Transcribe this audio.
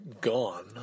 gone